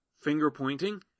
finger-pointing